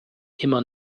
immer